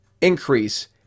increase